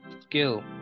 skill